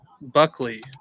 Buckley